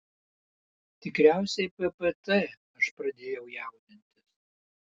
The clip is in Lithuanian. tikriausiai ppt aš pradėjau jaudintis